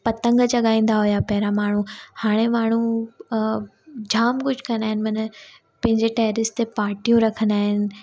पतंग जगाईंदा हुया पहिरां माण्हू हाणे माण्हू अ जाम कुझु कंदा आहिनि माना पंहिंजे टैरीस ते पार्टियूं रखंदा आहिनि